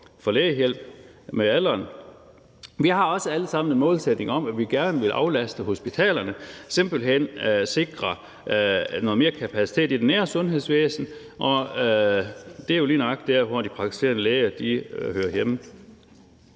for lægehjælp – med alderen. Vi har også alle sammen en målsætning om, at vi gerne vil aflaste hospitalerne og simpelt hen sikre noget mere kapacitet i det nære sundhedsvæsen, og det er lige nøjagtig der, hvor de praktiserende læger hører hjemme.